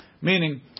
Meaning